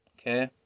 okay